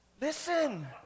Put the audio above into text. listen